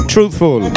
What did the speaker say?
Truthful